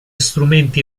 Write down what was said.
strumenti